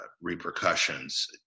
repercussions